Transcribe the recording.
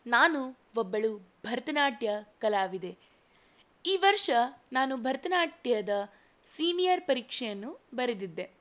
ನಾನು ಒಬ್ಬಳು ಭರತನಾಟ್ಯ ಕಲಾವಿದೆ ಈ ವರ್ಷ ನಾನು ಭರತನಾಟ್ಯದ ಸೀನಿಯರ್ ಪರೀಕ್ಷೆಯನ್ನು ಬರೆದಿದ್ದೆ